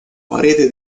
parete